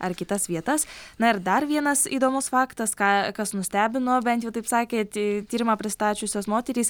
ar kitas vietas na ir dar vienas įdomus faktas ką kas nustebino bent jau taip sakė ty tyrimą pristačiusios moterys